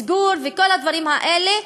מסגרים וכל הדברים האלה,